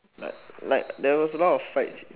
like like there was a lot of fights in